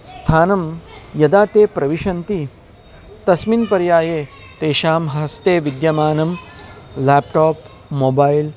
स्थानं यदा ते प्रविशन्ति तस्मिन् पर्याये तेषां हस्ते विद्यमानं लेप्टाप् मोबैल्